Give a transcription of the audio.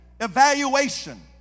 evaluation